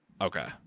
okay